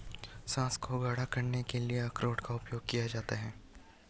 sauce को गाढ़ा करने के लिए अरारोट का उपयोग किया जाता है